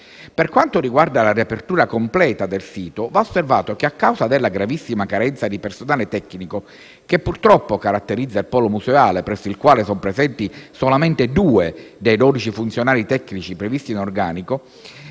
Per quanto riguarda la riapertura completa del sito, va osservato che a causa della gravissima carenza di personale tecnico che purtroppo caratterizza il Polo museale presso il quale sono presenti solamente due dei 12 funzionari tecnici previsti in organico,